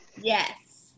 Yes